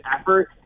effort